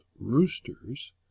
Roosters